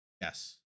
Yes